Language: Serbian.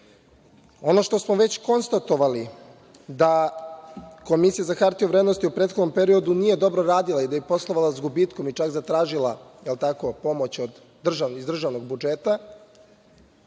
što smo već konstatovali je da Komisija za hartije od vrednosti nije dobro radila i da je poslovala s gubitkom i čak zatražila pomoć iz državnog budžeta.